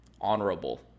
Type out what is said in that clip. honorable